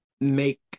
make